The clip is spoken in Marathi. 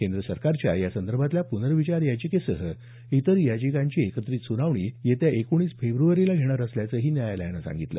केंद्र सरकारच्या या संदर्भातल्या पुनर्विचार याचिकेसह इतर याचिकांची एकत्रित सुनावणी येत्या एकोणीस फेब्रवारीला घेणार असल्याचंही न्यायालयानं सांगितलं